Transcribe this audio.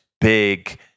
big